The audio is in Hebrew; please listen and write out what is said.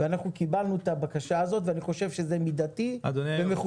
ואנחנו קיבלנו את הבקשה הזאת ואני חושב שזה מידתי ומכובד,